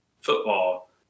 football